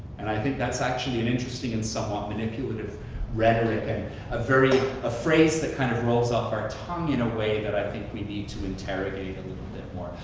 and i think that's actually an interesting and somewhat manipulative rhetoric and a phrase that kind of rolls off our tongue in a way that i think we need to interrogate a little bit more.